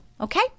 Okay